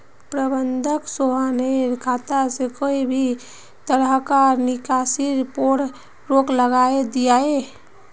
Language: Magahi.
प्रबंधक सोहानेर खाता से कोए भी तरह्कार निकासीर पोर रोक लगायें दियाहा